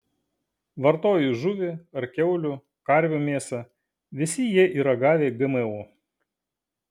vartoji žuvį ar kiaulių karvių mėsą visi jie yra gavę gmo